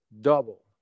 double